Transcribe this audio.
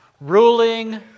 ruling